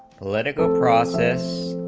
political process